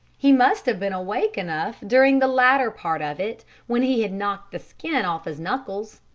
he must have been awake enough during the latter part of it when he had knocked the skin off his knuckles.